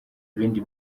ibindi